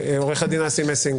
עו"ד אסי מסינג,